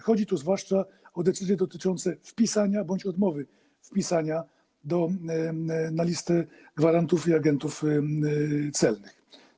Chodzi tu zwłaszcza o decyzje dotyczące wpisania bądź odmowy wpisania na listę gwarantów i agentów celnych.